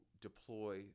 deploy